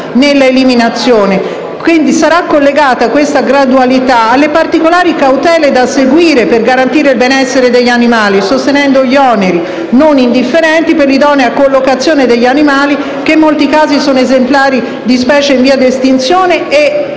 eliminazione» - la quale sarà collegata alle particolari cautele da seguire per garantire il benessere degli animali, sostenendo gli oneri, non indifferenti, per l'idonea collocazione degli animali, che in molti casi sono esemplari di specie in via di estinzione e